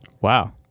Wow